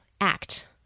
act